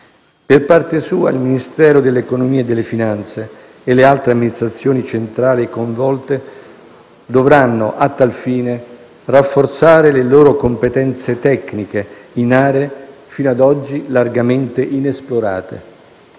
Per parte sua, il Ministero dell'economia e delle finanze e le altre amministrazioni centrali coinvolte dovranno, a tal fine, rafforzare le loro competenze tecniche in aree fino a oggi largamente inesplorate.